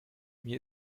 mir